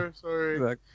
sorry